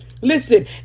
Listen